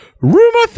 Rumor